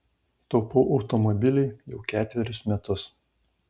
taupau automobiliui jau ketverius metus